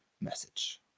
message